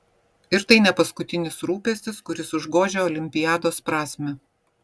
ir tai ne paskutinis rūpestis kuris užgožia olimpiados prasmę